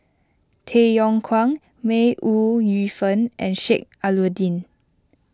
Tay Yong Kwang May Ooi Yu Fen and Sheik Alau'ddin